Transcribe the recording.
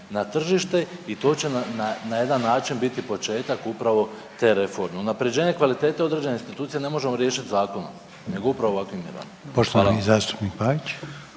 na tržište i to će na jedan način biti početak upravo te reforme. Unapređenje kvalitete određene institucije ne možemo riješiti zakonom, nego upravo ovakvim mjerama.